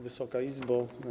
Wysoka Izbo!